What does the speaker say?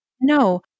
No